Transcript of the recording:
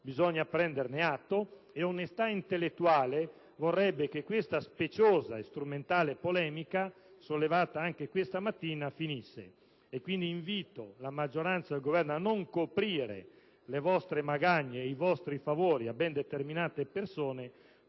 bisogna prenderne atto e onestà intellettuale vorrebbe che questa speciosa e strumentale polemica, sollevata anche stamani, finisse. Invito, dunque, la maggioranza ed il Governo a non coprire le loro magagne e i loro favori a ben determinate persone